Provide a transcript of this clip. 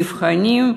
במבחנים,